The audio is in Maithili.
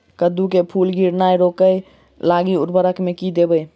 कद्दू मे फूल गिरनाय रोकय लागि उर्वरक मे की देबै?